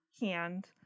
hand